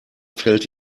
fällt